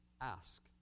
ask